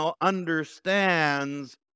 understands